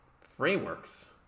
frameworks